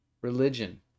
religion